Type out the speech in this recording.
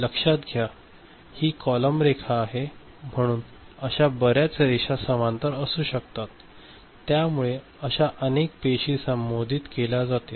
लक्षात घ्या ही कॉलम रेखा आहे म्हणून अशा बर्याच रेषा समांतर असू शकतातत्यामुळे अशा अनेक पेशी संबोधित केल्या जातील